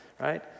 Right